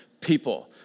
people